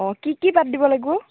কি কি বাদ দিব লাগিব